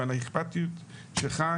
ועל האכפתיות שלך,